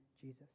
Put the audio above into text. Jesus